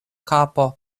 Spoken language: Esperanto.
kapo